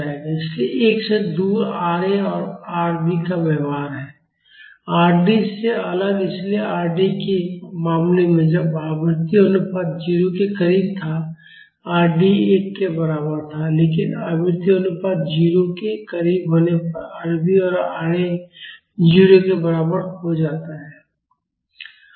इसलिए 1 से दूर Ra और Rv का व्यवहार है Rd से अलग इसलिए Rd के मामले में जब आवृत्ति अनुपात 0 के करीब था Rd एक के बराबर था लेकिन आवृत्ति अनुपात 0 के करीब होने पर Rv और Ra 0 के बराबर हो जाता है